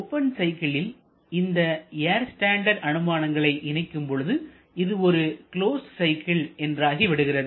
open சைக்கிளில் இந்த air standard அனுமானங்களை இணைக்கும் பொழுது இது ஒரு க்ளோஸ்டு சைக்கிள் என்றாகிவிடுகிறது